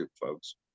folks